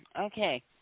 Okay